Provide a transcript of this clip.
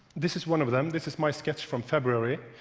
this is one of them. this is my sketch from february,